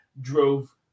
drove